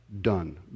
done